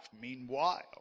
meanwhile